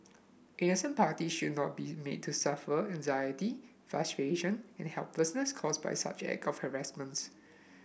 innocent party should not be made to suffer anxiety frustration and helplessness caused by such act of harassment